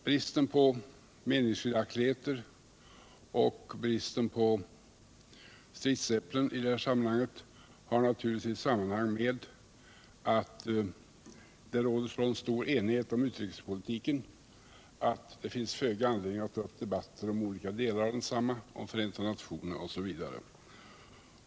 Bristen på meningsskiljaktigheter och bristen på stridsäpplen har naturligtvis sammanhang med att det råder så stor enighet om utrikespolitiken att det finns föga anledning att ta upp debatter om olika delar av densamma, om Förenta nationerna osv.